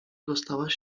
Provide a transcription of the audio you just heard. dostałaś